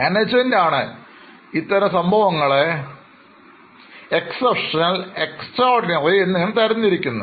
management ആണ് ഇത്തരം സംഭവങ്ങളെ Exceptional Extraordinary ആയി തരംതിരിക്കുന്നത്